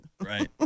right